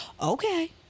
Okay